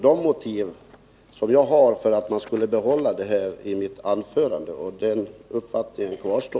De motiv som jag har för ett bibehållande har jag tagit upp i mitt anförande, och min uppfattning kvarstår.